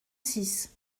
six